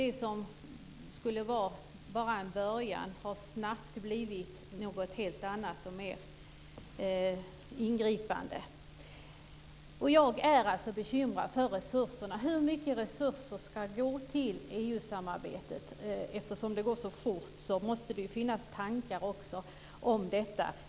Det som skulle vara bara en början har snabbt blivit något helt annat och mer ingripande. Jag är alltså bekymrad över resurserna. Hur mycket resurser ska gå till EU-samarbetet? Eftersom det går så fort så måste det finnas tankar om detta.